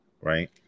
right